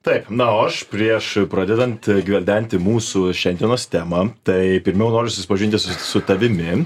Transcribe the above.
taip na o aš prieš pradedant gveldenti mūsų šiandienos temą taip pirmiau noriu susipažinti su tavimi